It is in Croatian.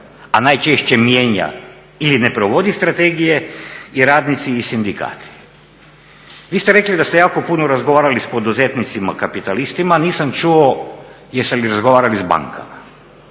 a najčešće mijenja ili ne provodi strategije i radnici i sindikati. Vi ste rekli da ste jako puno razgovarali s poduzetnicima kapitalistima, a nisam čuo jeste li razgovarali s bankama,